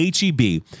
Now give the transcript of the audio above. HEB